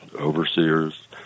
overseers